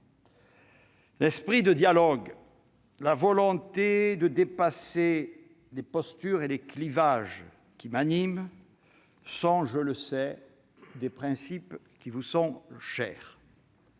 l'esprit de dialogue, la volonté de dépasser les postures et les clivages ; et ce sont, je le sais, des principes qui vous sont chers.